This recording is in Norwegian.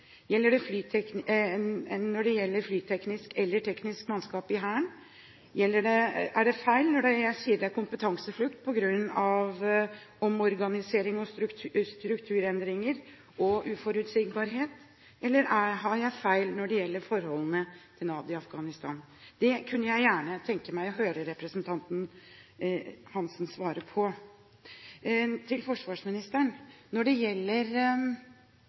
det feil når jeg sier det er kompetanseflukt på grunn av omorganisering, strukturendringer og uforutsigbarhet? Eller har jeg feil når det gjelder forholdene for NAD i Afghanistan? Det kunne jeg gjerne tenke meg å høre representanten Hansen svare på. Til forsvarsministeren: Når det gjelder